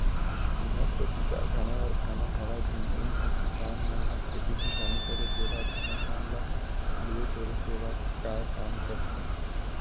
तुँहर कोती कारखाना वरखाना हवय धुन नइ हे किसान मन ह खेती किसानी करे के बाद धान पान ल लुए टोरे के बाद काय काम करथे?